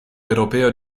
europeo